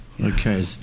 Okay